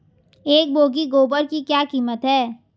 एक बोगी गोबर की क्या कीमत है?